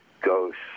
ghosts